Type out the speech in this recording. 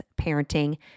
parenting